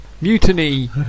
Mutiny